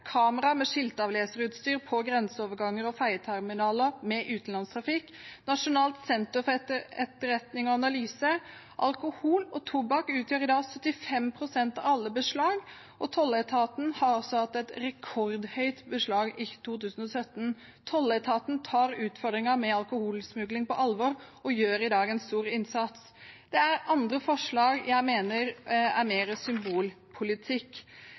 med skiltavleserutstyr på grenseoverganger og ferjeterminaler med utenlandstrafikk og nasjonalt senter for etterretning og analyse. Alkohol og tobakk utgjør i dag 75 pst. av alle beslag, og tolletaten har hatt et rekordhøyt beslag i 2017. Tolletaten tar utfordringen med alkoholsmugling på alvor og gjør i dag en stor innsats. Det er andre forslag jeg mener er mer symbolpolitikk.